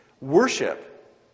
Worship